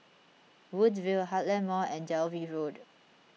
Woodville Heartland Mall and Dalvey Road